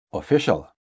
official